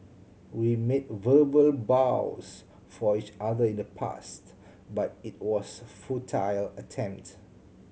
we made verbal vows for each other in the past but it was a futile attempt